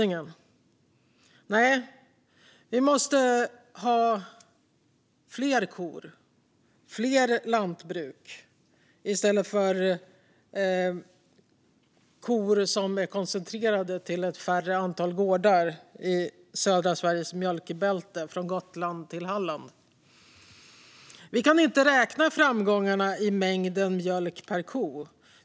Nej, vi måste ha fler kor och fler lantbruk, i stället för att koncentrera korna till färre antal gårdar i södra Sveriges mjölkbälte, från Gotland till Halland. Vi kan inte räkna framgångarna i mängden mjölk per ko.